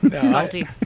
Salty